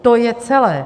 To je celé.